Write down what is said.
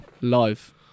live